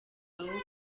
aho